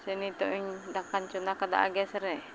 ᱥᱮ ᱱᱤᱛᱚᱜᱼᱤᱧ ᱫᱟᱠᱟᱧ ᱪᱚᱸᱫᱟ ᱠᱟᱫᱟ ᱜᱮᱥᱨᱮ